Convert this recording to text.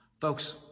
Folks